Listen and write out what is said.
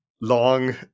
long